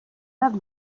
not